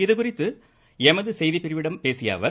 இதுகுறித்து எமது செய்திப்பிரிவிடம் பேசிய அவர்